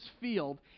field